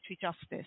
Justice